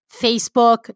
Facebook